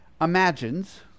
imagines